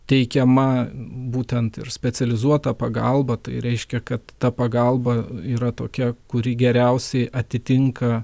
teikiama būtent ir specializuota pagalba tai reiškia kad ta pagalba yra tokia kuri geriausiai atitinka